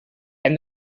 and